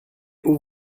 aux